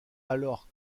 alors